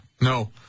No